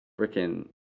Freaking